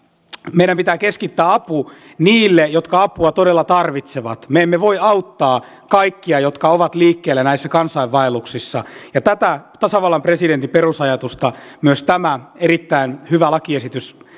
meidän pitää keskittää apu niille jotka apua todella tarvitsevat me emme voi auttaa kaikkia jotka ovat liikkeellä näissä kansainvaelluksissa tätä tasavallan presidentin perusajatusta myös tämä erittäin hyvä lakiesitys